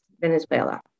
Venezuela